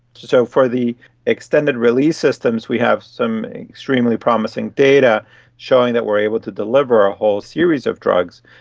so for the extended release systems we have some extremely promising data showing that we are able to deliver a whole series of drugs.